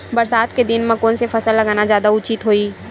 बरसात के दिन म कोन से फसल लगाना जादा उचित होही?